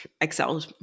Excel